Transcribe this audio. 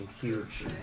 huge